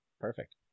perfect